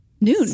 noon